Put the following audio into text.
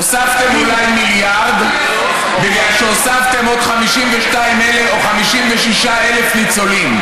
הוספתם אולי מיליארד בגלל שהוספתם 56,000 ניצולים.